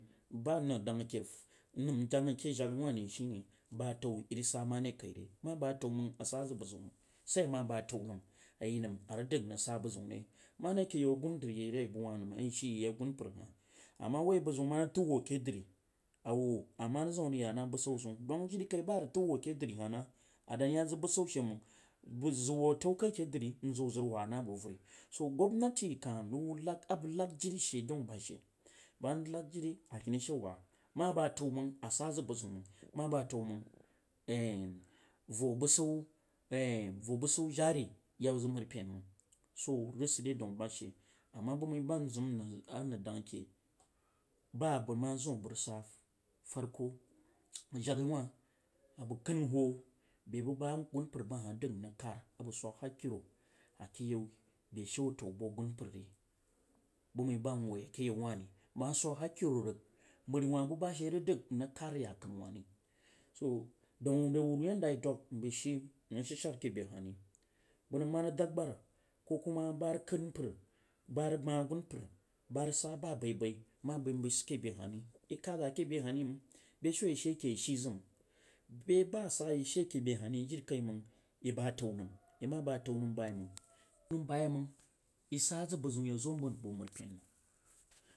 Ba nrig dang keh da nnam jak keh jah wah ri she neh ba atau yeh rig sah ma deh kai rema bang atau mang a sah zang bu zeun mang sah ama bang ataou nam a yeh nam a rig a rig nam a rig dang ni nrig sann bu zeun ma re kete you gundiri yeh ri wuh nam a yeh she yeh yeh gunmpar hah, ama wah bu zam na rig tau wuh keh dri a wuh ama zau a rig yahnah busha zeun dang jirikai ba a rig tau wuh keh dri nah na a dan yeh za bushu she mang bu zang wuh atau kai keu dri nzang wih zang rig wah nah bo vari, to gwabnati rig lan a bang lag jirishe dau ba she hang ma rig lah o ang lag jiri she dan ba she tang ma vig lag viri a keni seh waa ma bang arau mang vo bushu vo bushu jari yek zang mari oane mang so rig sad rig dau ba she, ama bu bai ma nzam nrig jag wah a bang kan wuh bei bu ba mpar ba hah danz nrig kar a bang suk kaero a keh yau beshu atau bu o gunmpar ri, bu mai ba nwubti a keh yau wah ri bang ma suj hakero rig mari wah bu ba she rig dang nrig nrig kad a ya kunu wah re to dang re qur yen da a yeh dang bai she nrig shamser keh bei hah re, bang ma rig dam gar ko kuma ba rig bei hah re bang ma rig darn gar ko kuma ba rig kad mpar bai bai ma bzi bzi sid keh beu hall ri bang kad zang a keh bei hah ri mang bei sh a yeh she ken yeh she zang mang bell ba sah yeu she keh hahjirikaimang yeh ba atau nan yeh ma bang ataou nam ba yah mang yeh ma bang ataou nam yeti mang yeh zang bu zeun mang yeu zo a a bu pen.